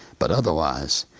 but otherwise,